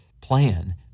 plan